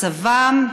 מצבן,